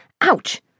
ouch